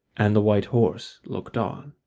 and the white horse looked on.